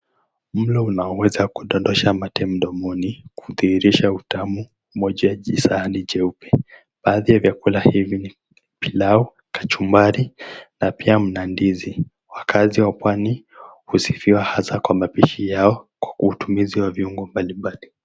Mlo unaoweza kudondosha mate mdomoni kudhihirisha utamu moja jisahani jeupe. Baadhi ya vyakula hivi ni pilau, kachumbari na pia mna ndizi. Wakaazi wa pwani husifiwa haswa kwa mapishi yao kwa utumizi wa viungo mbalimbali.